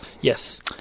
Yes